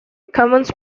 commons